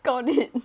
got it